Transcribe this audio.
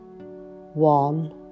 one